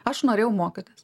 aš norėjau mokytis